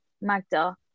Magda